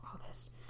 August